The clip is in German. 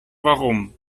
warum